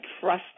trust